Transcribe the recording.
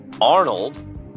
Arnold